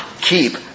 keep